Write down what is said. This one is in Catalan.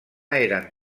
eren